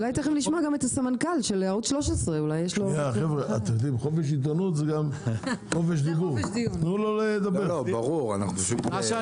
אולי נשמע את הסמנכ"ל של ערוץ 13. אני